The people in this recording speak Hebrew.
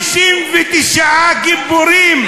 תתביישו לכם, 59 גיבורים.